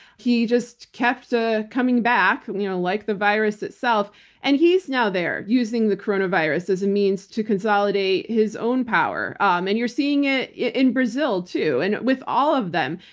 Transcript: he just kept ah coming back you know like the virus itself and he's now there using the coronavirus as a means to consolidate his own power. um and you're seeing it it in brazil, too. and with all of them,